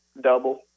double